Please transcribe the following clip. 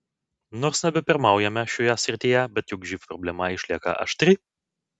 nors nebepirmaujame šioje srityje bet juk živ problema išlieka aštri